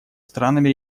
странами